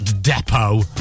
depot